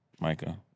Micah